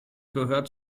gehört